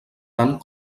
tant